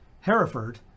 Hereford